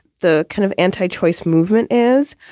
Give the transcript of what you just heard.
the kind of anti-choice movement is.